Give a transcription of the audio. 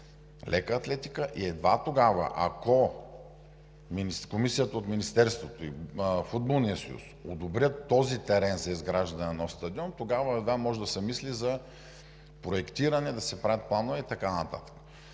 лека атлетика и ако комисията от Министерството и Футболният съюз одобрят този терен за изграждане на нов стадион, едва тогава може да се мисли за проектиране, да се правят планове и така нататък.